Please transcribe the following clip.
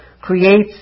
creates